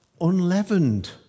unleavened